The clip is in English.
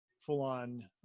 full-on